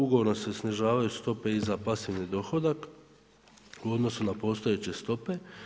Ugovorom se snižavaju stope i za pasivni dohodak u odnosu na postojeće stope.